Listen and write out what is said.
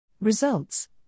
Results